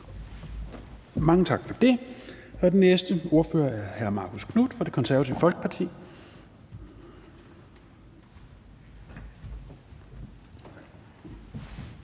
Mange tak for det. Den næste ordfører er hr. Marcus Knuth fra Det Konservative Folkeparti.